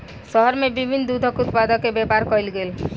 शहर में विभिन्न दूधक उत्पाद के व्यापार कयल गेल